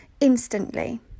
instantly